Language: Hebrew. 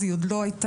אז היא עוד לא הייתה,